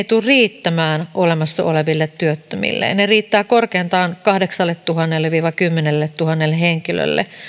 tule riittämään olemassa oleville työttömille ne riittävät korkeintaan kahdeksalletuhannelle viiva kymmenelletuhannelle henkilölle